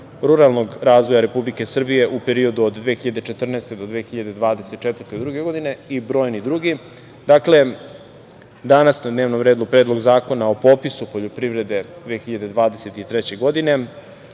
ruralnog razvoja Republike Srbije u periodu od 2014. do 2024. godine i brojni drugi. Dakle, danas na dnevnom redu Predlog zakona o popisu poljoprivrede 2023. godine